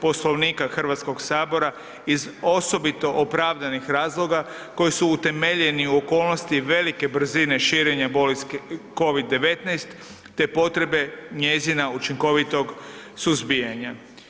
Poslovnika HS iz osobito opravdanih razloga koji su utemeljeni u okolnosti velike brzine širenja bolesti COVID-19, te potrebe njezina učinkovitog suzbijanja.